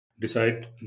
decide